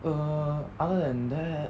err other than that